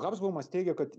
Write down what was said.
habsbomas teigia kad